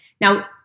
Now